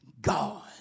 God